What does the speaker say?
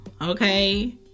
okay